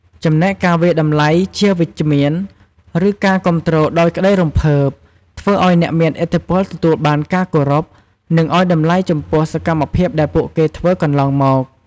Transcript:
ចំណែកការវាយតម្លៃជាវិជ្ជមានឬការគាំទ្រដោយក្តីរំភើប ធ្វើឱ្យអ្នកមានឥទ្ធិពលទទួលបានការគោរព និងឲ្យតម្លៃចំពោះសម្មភាពដែលពួកគេធ្វើកន្លងមក។